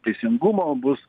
teisingumo bus